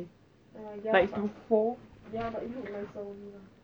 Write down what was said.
like it's still four